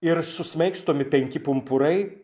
ir susmaigstomi penki pumpurai